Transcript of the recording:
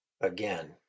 Again